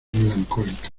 melancólica